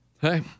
Hey